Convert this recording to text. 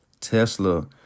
Tesla